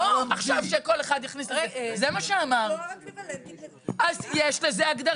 לא עכשיו שכל אחד יכניס -- תואר אקוויוולנטי -- אז יש לזה הגדרה.